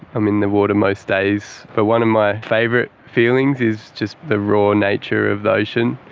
i'm in the water most days. but one of my favourite feelings is just the raw nature of the ocean,